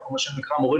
אנחנו מה שנקרא,